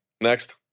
Next